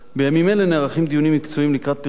בימים אלה נערכים דיונים מקצועיים לקראת פרסום